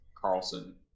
Carlson